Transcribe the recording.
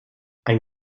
ein